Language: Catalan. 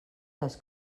les